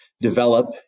develop